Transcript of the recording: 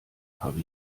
habe